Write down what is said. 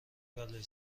بلایی